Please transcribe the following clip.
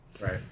Right